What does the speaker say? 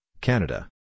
Canada